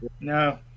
No